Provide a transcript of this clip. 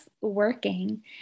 working